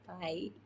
Bye